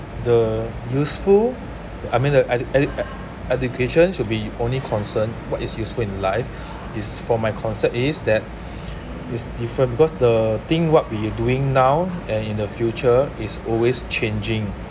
the useful I mean that e~ e~ education should be only concern what is useful in life is for my concept is that is different because the thing what we are doing now and in the future is always changing